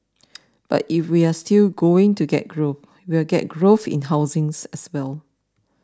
but if we are still going to get growth we will get growth in housing as well